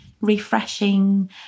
refreshing